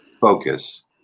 focus